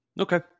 Okay